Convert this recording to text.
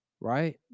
Right